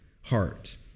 heart